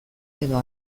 edo